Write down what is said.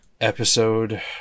episode